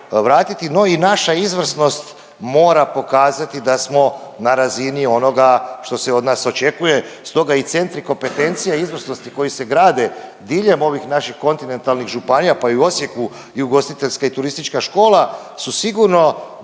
vratiti. No i naša izvrsnost mora pokazati da smo na razini onoga što se od nas očekuje stoga i centri kompetencije, izvrsnosti koji se grade diljem ovih naših kontinentalnih županija, pa i u Osijeku i ugostiteljska i turistička škola su sigurno